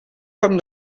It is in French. comme